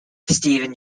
steven